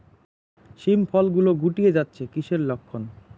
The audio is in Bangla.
শিম ফল গুলো গুটিয়ে যাচ্ছে কিসের লক্ষন?